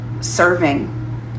serving